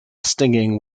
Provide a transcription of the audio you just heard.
stinging